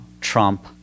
Trump